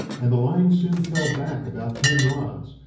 and the line soon fell back about ten rods,